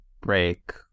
break